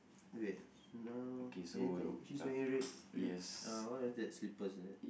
okay so now anything he's wearing red red uh what was that slippers is it